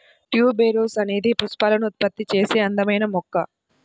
tuberose అనేది పుష్పాలను ఉత్పత్తి చేసే అందమైన మొక్క